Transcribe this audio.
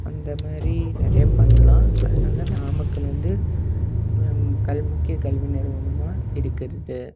அந்த மாரி நிறையா பண்ணலாம் அதனால தான் நாமக்கல் வந்து நம் கல் முக்கிய கல்வி நிறுவனமாக இருக்கிறது